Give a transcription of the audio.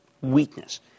Weakness